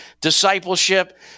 discipleship